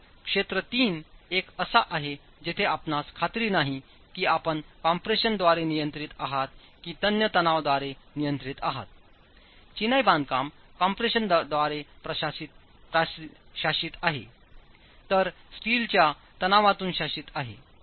तर क्षेत्र 3 एक असा आहे जेथे आपणास खात्री नाही की आपणकम्प्रेशनद्वारेनियंत्रित आहातकिंवा तन्य तणाव द्वारे नियंत्रित आहातचीनाई बांधकाम कॉम्प्रेशनद्वारे शासित आहे तर स्टीलच्या तणावातूनशासित आहे